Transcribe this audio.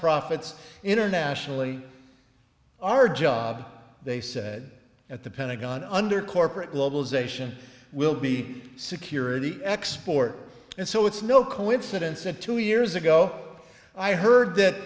profits internationally our job they said at the pentagon under corporate globalization will be a security export and so it's no coincidence that two years ago i heard that